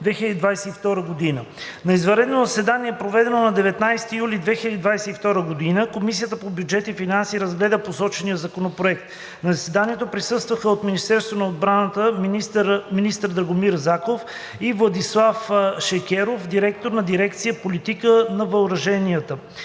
На извънредно заседание, проведено на 19 юли 2022 г., Комисията по бюджет и финанси разгледа посочения законопроект. На заседанието присъстваха от Министерството на отбраната министър Драгомир Заков и Владислав Шекеров, директор на дирекция „Политика на въоръженията“.